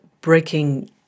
breaking